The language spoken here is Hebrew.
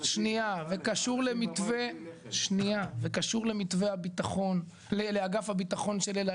וקשור למתווה הבטחון, לאגף הבטחון של אל על.